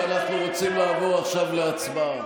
ואנחנו רוצים לעבור עכשיו להצבעה.